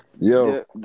Yo